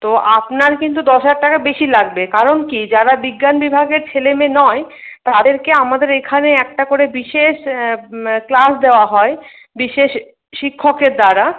তো আপনার কিন্তু দশ হাজার টাকা বেশি লাগবে কারণ কি যারা বিজ্ঞান বিভাগের ছেলেমেয়ে নয় তাদেরকে আমাদের এখানে একটা করে বিশেষ ক্লাস দেওয়া হয় বিশেষ শিক্ষকের দ্বারা